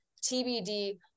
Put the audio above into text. TBD